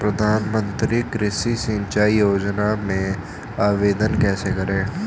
प्रधानमंत्री कृषि सिंचाई योजना में आवेदन कैसे करें?